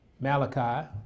Malachi